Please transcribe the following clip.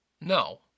no